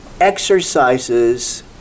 exercises